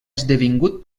esdevingut